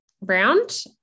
Round